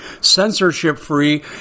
censorship-free